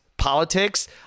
Politics